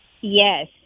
Yes